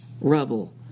rubble